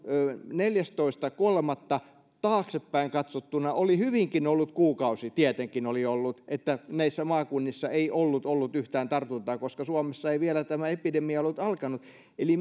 neljästoista kolmatta taaksepäin katsottuna oli hyvinkin ollut kuukausi tietenkin oli ollut että näissä maakunnissa ei ollut ollut yhtään tartuntaa koska suomessa ei vielä tämä epidemia ollut alkanut eli